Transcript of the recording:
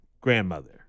Grandmother